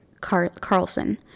Carlson